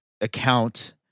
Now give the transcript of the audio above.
account